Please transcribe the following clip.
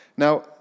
Now